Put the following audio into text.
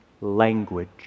language